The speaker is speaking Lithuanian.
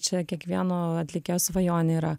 čia kiekvieno atlikėjo svajonė yra